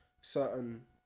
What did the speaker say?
certain